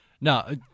no